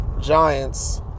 Giants